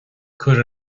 cuir